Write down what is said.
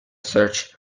search